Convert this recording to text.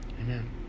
Amen